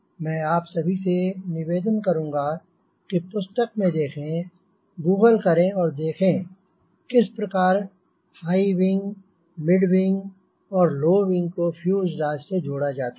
मैं आप सभी से निवेदन करूंँगा कि पुस्तक में देखें गूगल करें और देखें किस प्रकार हाई विंग मिड विंग और लो विंग को फ्यूजलाज़ से जोड़ा जाता है